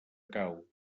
cau